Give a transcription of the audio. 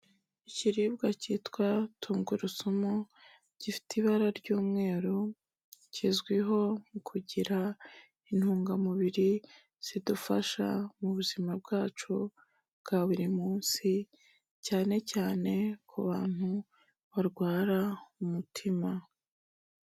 Ikiribwa cyitwa tungurusumu gifite ibara ry'umweru, kizwiho mu kugira intungamubiri zidufasha mu buzima bwacu bwa buri munsi, cyane cyane ku bantu barwara umutima.